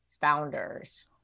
founders